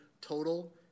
total